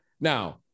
Now